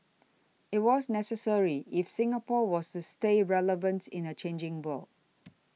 it was necessary if Singapore was to stay relevants in a changing world